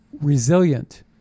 resilient